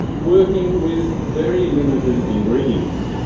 working with very limited ingredients.